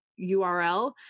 URL